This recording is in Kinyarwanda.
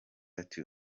ati